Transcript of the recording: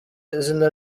izina